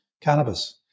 cannabis